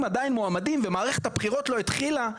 עדיין מועמדים ומערכת הבחירות לא התחילה.